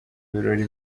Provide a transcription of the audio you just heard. birori